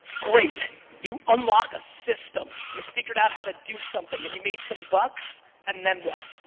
great you unlock a system. you figured out how to do something and you made some bucks and then what?